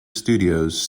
studios